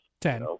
Ten